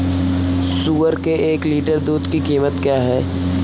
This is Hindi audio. सुअर के एक लीटर दूध की कीमत क्या है?